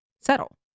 settle